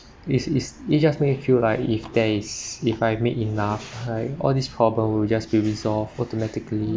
this is it just make you feel like if there is if I made enough right all these problem will just be resolve automatically